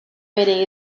bere